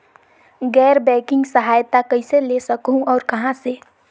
गैर बैंकिंग सहायता कइसे ले सकहुं और कहाँ से?